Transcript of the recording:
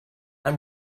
and